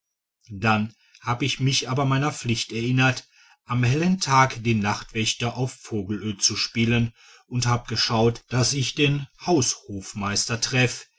dann habe ich mich aber meiner pflicht erinnert am hellen tag den nachtwächter auf vogelöd zu spielen und hab geschaut daß ich den haushofmeister treff